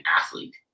athlete